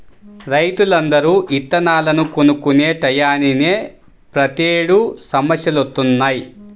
రైతులందరూ ఇత్తనాలను కొనుక్కునే టైయ్యానినే ప్రతేడు సమస్యలొత్తన్నయ్